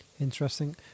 Interesting